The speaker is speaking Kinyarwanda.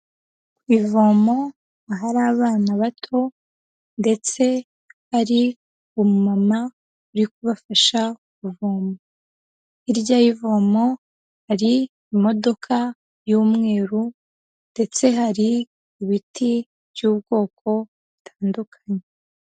Ku ivomo ahari abana bato ndetse hari umumama uri kubafasha kuvoma, hirya y'ivomo hari imodoka y'umweru ndetse hari ibiti by'ubwoko butandukanye.